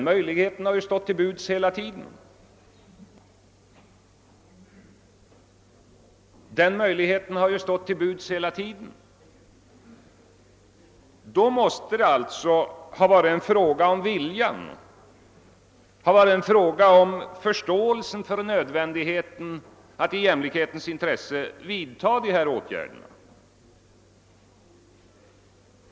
Möjligheten har ju stått till buds hela tiden, och då måste det alltså varit en fråga om viljan, en fråga om förståelse för nödvändigheten av att i jämlikhetens intresse vidta de här åtgärderna.